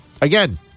Again